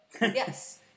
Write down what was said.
Yes